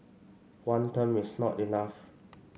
one term is not enough